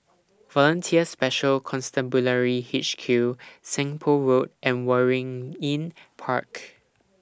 Volunteer Special Constabulary H Q Seng Poh Road and Waringin Park